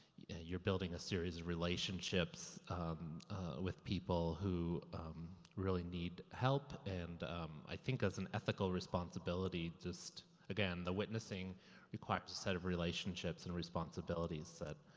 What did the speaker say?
you're building a series of relationships with people who really need help. and i think as an ethical responsibility, just, again, the witnessing requires a set of relationships and responsibilities that